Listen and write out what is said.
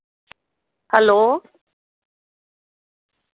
hello